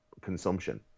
consumption